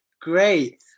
great